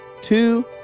two